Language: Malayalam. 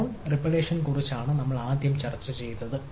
നോൺ റിപ്ഡേഷൻക്കുറിച്ചാണ് നമ്മൾ ആദ്യം ചർച്ച ചെയ്തത്